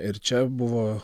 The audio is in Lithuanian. ir čia buvo